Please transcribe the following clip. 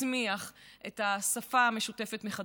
להצמיח את השפה המשותפת, מחדש,